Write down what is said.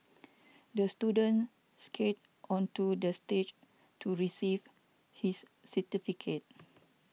the student skated onto the stage to receive his certificate